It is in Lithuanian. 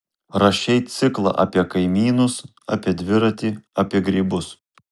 rašei ciklą apie kaimynus apie dviratį apie grybus